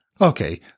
Okay